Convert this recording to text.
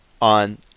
on